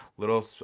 Little